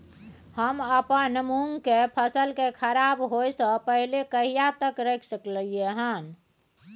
हम अपन मूंग के फसल के खराब होय स पहिले कहिया तक रख सकलिए हन?